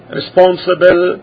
responsible